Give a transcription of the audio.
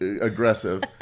aggressive